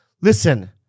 listen